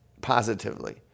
positively